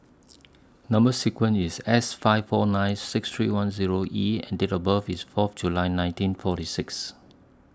Number sequence IS S five four nine six three one Zero E and Date of birth IS Fourth July nineteen forty six